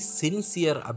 sincere